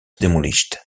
demolished